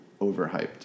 overhyped